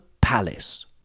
palace